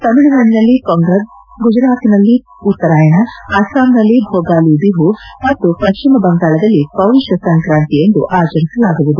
ತಮಿಳುನಾಡಿನಲ್ಲಿ ಪೊಂಗಲ್ ಗುಜರಾತ್ನಲ್ಲಿ ಉತ್ತರಾಯಣ ಅಸ್ತಾಂನಲ್ಲಿ ಭೋಗಾಲಿ ಬಿಹು ಮತ್ತು ಪಶ್ಚಿಮ ಬಂಗಾಳದಲ್ಲಿ ಪೌಷ್ ಸಂಕ್ರಾಂತಿ ಎಂದು ಆಚರಿಸಲಾಗುವುದು